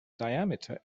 diameter